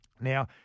Now